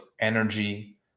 energy